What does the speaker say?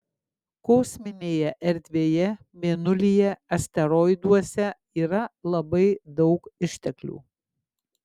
kosminėje erdvėje mėnulyje asteroiduose yra labai daug išteklių